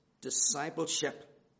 discipleship